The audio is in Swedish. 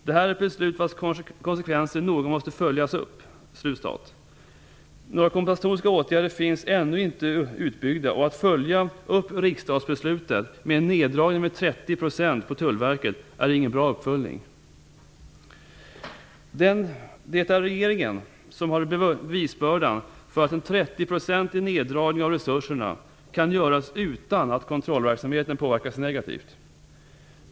Det är ett beslut vars konsekvenser noga måste följas upp. Några kompensatoriska åtgärder finns ännu inte utbyggda. Att följa upp riksdagsbeslutet med en neddragning om 30 % på Tullverket är ingen bra uppföljning. Det är regeringen som har bevisbördan för att en 30-procentig neddragning av resurserna kan göras utan att kontrollverksamheten påverkas negativt.